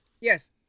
yes